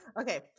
Okay